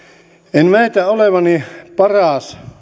en väitä olevani paras